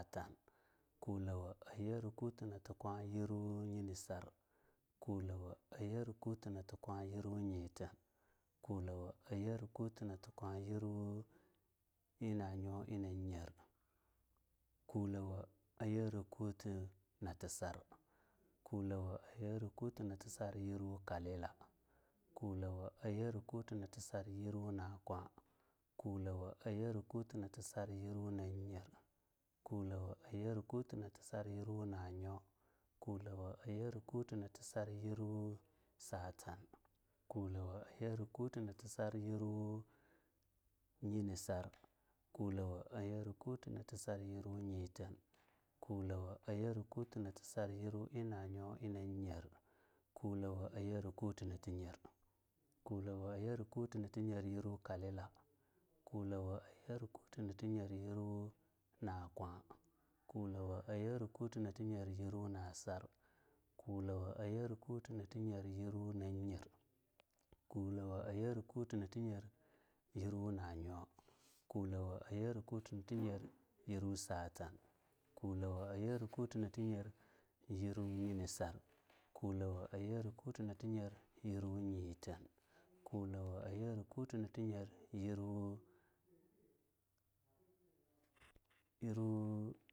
Kulawo ayara kuti nati kwa inyera nyinisar kulawo inyera kuti nati kwa inyera inanyo inaye kulawo inyera kuti nati sar kulawo ayera kuti nati sar inyera kalila kulawo ayera kutinati sar inyera nakwa kulawo ayere kuti nati sar ayere nasar kulawo ayera kuti nati nati sar ayera nanyer kulawo ayera kuti nati sar yirwu na nyo kulawo ayera kuti nati sar ayera satan kulawo ayerakuti nati sar yirwu nyinisar kulawo ayera kuti nati sar yirwu nyeten kulawo ayera kuti nati sar yirwu ina nyo ina nyer kulawo ayera kuti nati nyer kulawo ayera kuti nati nyer yirwu kalila kulawo ayera kutinati nyer yurwu nakwa kulawo ayera kuti nati nyer yirwu na nyer kulawo ayera kuti nati nyer yirwu nanyo kulawo ayera kuti nati nyer yirwu satan kulawo, ayera kuti nati nyer yirwu yirwu.